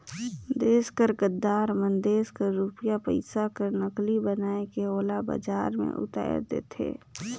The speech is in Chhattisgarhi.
देस कर गद्दार मन देस कर रूपिया पइसा कर नकली बनाए के ओला बजार में उताएर देथे